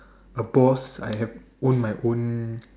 a boss I have all my own